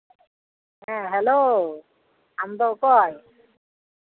ᱦᱮᱸ ᱦᱮᱞᱳ ᱟᱢᱫᱚ ᱚᱠᱚᱭ